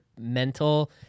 mental